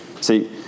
See